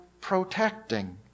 protecting